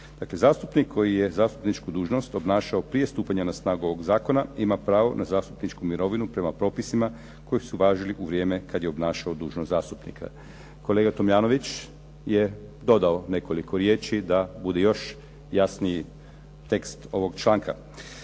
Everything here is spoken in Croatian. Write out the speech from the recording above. Dakle, zastupnik koji je zastupničku dužnost obnašao prije stupanja na snagu ovog zakona, ima pravo na zastupničku mirovinu prema propisima koji su važili u vrijeme kada je obnašao dužnost zastupnika. Kolega Tomljanović je dodao nekoliko riječi da bude još jasniji tekst ovog članka.